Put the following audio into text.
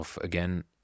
again